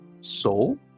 Soul